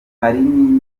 hari